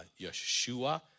Yeshua